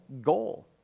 goal